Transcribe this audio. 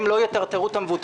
הם לא יטרטרו את המבוטחים.